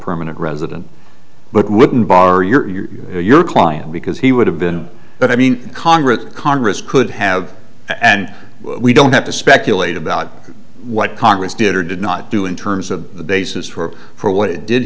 permanent resident but wouldn't bar your client because he would have been but i mean congress congress could have and we don't have to speculate about what congress did or did not do in terms of the basis for for what it did